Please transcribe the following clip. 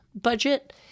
budget